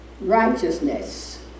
righteousness